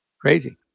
Crazy